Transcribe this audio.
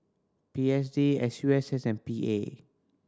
P S D S U S S and P A